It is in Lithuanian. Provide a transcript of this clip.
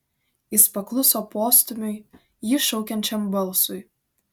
jis pakluso postūmiui jį šaukiančiam balsui